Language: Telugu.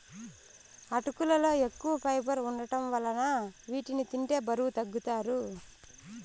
అటుకులలో ఎక్కువ ఫైబర్ వుండటం వలన వీటిని తింటే బరువు తగ్గుతారు